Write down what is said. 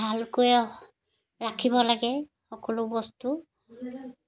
ভালকৈ ৰাখিব লাগে সকলো বস্তু